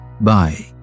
bye